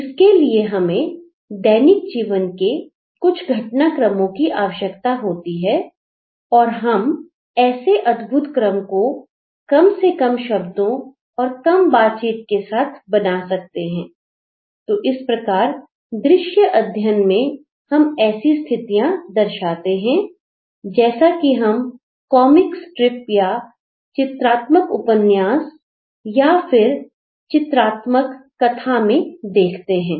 इसके लिए हमें दैनिक जीवन के कुछ घटनाक्रमों की आवश्यकता होती है और हम ऐसे अद्भुत क्रम को कम से कम शब्दों और कम बातचीत के साथ बना सकते हैं तो इस प्रकार दृश्य अध्ययन में हम ऐसी स्थितियां दर्शाते हैं जैसा कि हम कॉमिक स्ट्रिप या चित्रात्मक उपन्यास या फिर चित्रात्मक कथा में देखते हैं